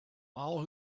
all